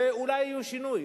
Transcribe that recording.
ואולי יהיה שינוי.